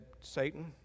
Satan